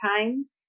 times